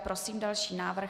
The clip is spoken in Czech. Prosím další návrh.